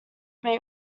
may